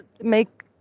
make